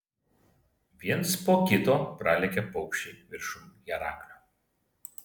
viens po kito pralėkė paukščiai viršum heraklio